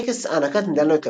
בעת טקס הענקת מדליות למנצחים,